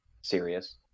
serious